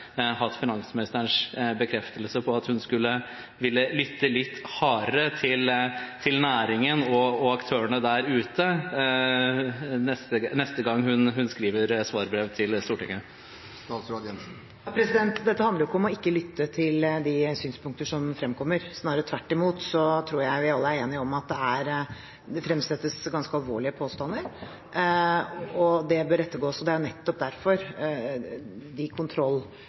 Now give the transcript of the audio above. hatt finansministerens bekreftelse på at hun vil lytte litt bedre til næringen og aktørene der ute neste gang hun skriver svarbrev til Stortinget. Dette handler ikke om å ikke lytte til de synspunkter som fremkommer. Snarere tvert imot tror jeg vi alle er enige om at det fremsettes ganske alvorlige påstander, og det bør ettergås. Det er nettopp derfor de